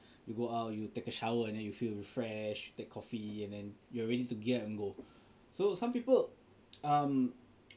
you go out you take a shower and then you feel refreshed take coffee and then you're ready to get on the go so some people um